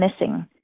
missing